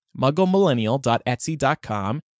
MuggleMillennial.etsy.com